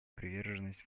приверженность